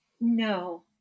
No